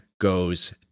goes